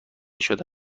شده